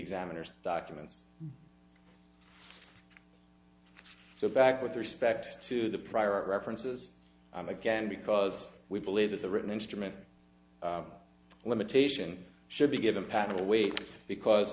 examiners documents so back with respect to the prior references again because we believe that the written instrument of limitation should be given patent await because